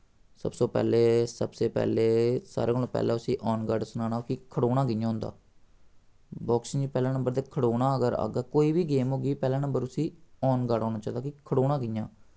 सब सो पैह्लें सबसे पैह्लें सारें कोला पैह्लें उस्सी आन गार्ड सखाना कि खड़ोना कि'यां होंदा बाक्सिंग च पैह्लें नंबर ते खड़ोना अगर आग्गा कोई बी गेम होगी पैह्ला नंबर उस्सी आन गार्ड औना चाहिदा कि खड़ोना कि'यां